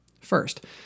First